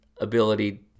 ability